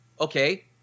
Okay